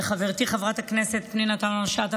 לחברתי חברת הכנסת פנינה תמנו שטה,